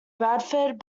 bradford